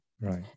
Right